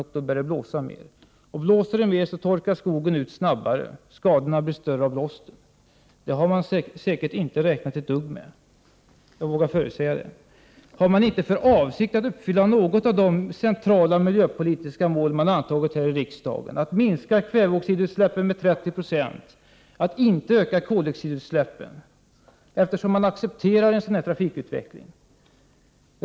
Skogen torkar ut snabbare om det blåser mer, och då blir skadorna större. Jag vågar förutsäga att man säkert inte alls har räknat med detta. Har man inte för avsikt att uppfylla något av de centrala miljöpolitiska mål som antagits av riksdagen, att minska kväveoxidutsläppen med 30 96 och att inte öka koldioxidutsläppen, eftersom man accepterar en sådan här trafikutveckling?